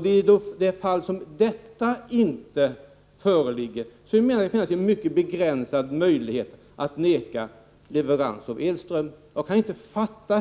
Det är i de fall där denna valfrihet inte föreligger som det finns en mycket begränsad möjlighet att vägra leverans av elström. Jag kan inte fatta